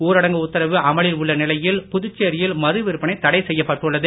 ஊரடங்கு உத்தரவு அமலில் உள்ள நிலையில் புதுச்சேரியில் மதுவிற்பனை தடை செய்யப்பட்டுள்ளது